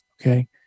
Okay